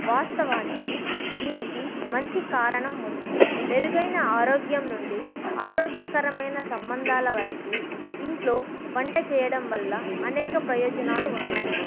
వాస్తవానికి దీనికి మంచి కారణం ఉంది మెరుగైన ఆరోగ్యం నుండి ఆరోగ్యకరమైన సంబంధాల వరకు ఇంట్లో వంట చెయ్యడం వల్ల అనేక ప్రయోజనాలు ఉన్నాయి